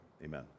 Amen